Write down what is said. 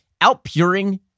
outpuring